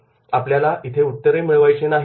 आपल्याला इथे उत्तरे मिळवायची नाही